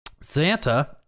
Santa